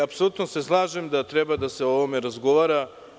Apsolutno se slažem da treba o ovome da se razgovara.